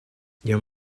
your